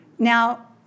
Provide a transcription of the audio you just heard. Now